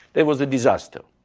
there was a disaster.